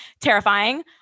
terrifying